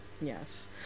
yes